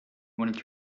wanted